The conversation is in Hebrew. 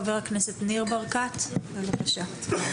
חבר הכנסת ניר ברקת, בבקשה.